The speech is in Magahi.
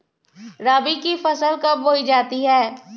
रबी की फसल कब बोई जाती है?